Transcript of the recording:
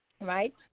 right